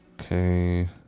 Okay